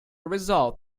result